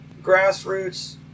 grassroots